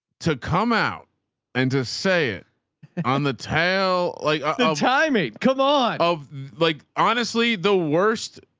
to come out and to say it on the tail, like ah timing, come on, um like honestly, the worst,